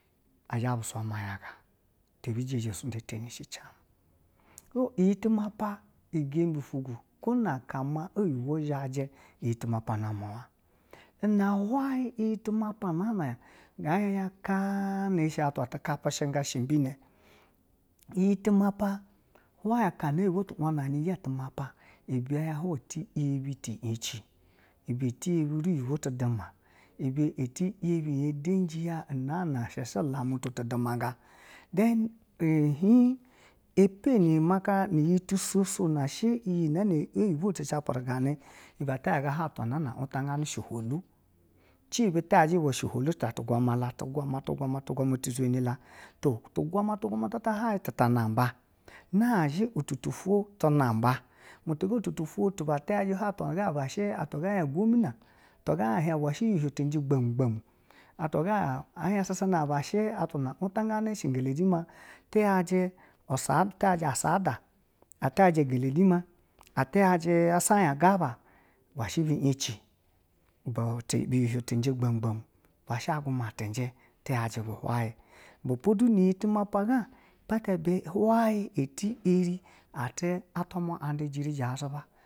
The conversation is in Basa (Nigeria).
Aja ma bi swa mayaga, o iyi timapa un gembe ufu gwo, kwo na ka oyibwo zhaji iyi timapa na mwo ɛ na hweyi iyi timapa ya kapishingan shi imbina iyi timapa hweyi aka no oyibwo ɛti wanani ibe hweyi ɛti yebi tiyece ibe ɛti yebi ruyibwo ti duma ibe ɛti yebi ya udangi na shi shi olamu tu tutumanga then ɛn hiin ipe no na maka iyi tisesho iyo na oyibwo ɛti shiperingana ibe ata yaga hwayi atwa na wutanga shi holu cebe ti yaji sho hulu, shi hulo ta ti guma, tiguma, tiguma ti zhe ni la tiguma ta hwayi tita namba na zhi ititiofo ti namba muo ti ga muo titi ufo ti ba a yaji ti ba bishi muo titingomina tiga a hwan ubwa shi uhiohin cenji gbamogbomu atwa a hien shi shi na, na watangani shigalezhi ma isa tiyaji asada tiyaji ngele zhima, tiyaji seyagaba ibwe shi biyeci biti bi uhwin ɛ cenji gbamu gbomu ibwa shi aguma cenji ti yaji bu hwaye iti ɛ ri atwa nda ujuriju o cenji.